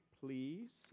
please